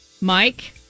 Mike